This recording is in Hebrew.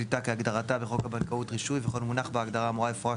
"שליטה" - כהגדרתה בחוק הבנקאות (רישוי) וכל מונח בהגדרה האמורה יפורש